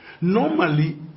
normally